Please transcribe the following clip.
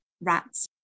rats